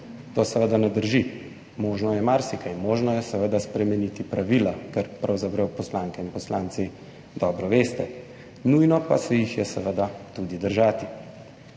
To seveda ne drži. Možno je marsikaj. Možno je seveda spremeniti pravila, kar pravzaprav poslanke in poslanci dobro veste. Nujno pa se jih je seveda tudi držati.